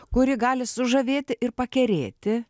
kuri gali sužavėti ir pakerėti